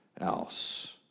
else